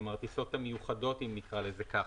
כלומר הטיסות המיוחדות אם נקרא לזה כך,